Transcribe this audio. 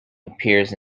appears